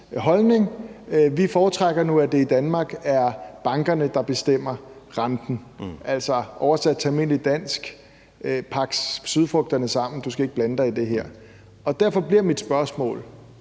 holdning. Vi foretrækker nu, at det i Danmark er bankerne, der bestemmer renten. Altså, oversat til almindeligt dansk betyder det: Pak sydfrugterne sammen, du skal ikke blande dig i det her. Derfor bliver mit spørgsmål: